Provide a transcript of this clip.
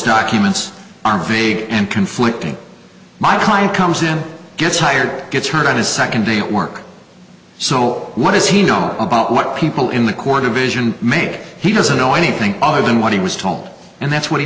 documents are vague and conflicting my time comes in gets hired gets turned on his second day at work so what does he know about what people in the core division make he doesn't know anything other than what he was told and that's what he